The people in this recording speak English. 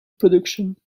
production